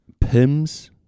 pims